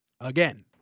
again